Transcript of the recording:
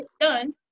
done